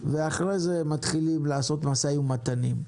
ואחרי זה מתחילים לעשות משאים ומתנים.